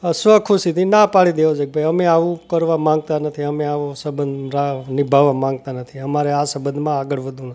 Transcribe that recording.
સ્વ ખુશીથી ના પાડી દેવી જોઈએ કે અમે આવું કરવા માંગતા નથી અમે આવો સંબંધ નિભાવવા માંગતા નથી અમારે આ સંબંધમાં આગળ વધવું